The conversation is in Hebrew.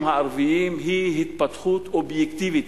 הערביים היא התפתחות אובייקטיבית,